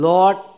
Lord